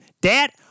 Dad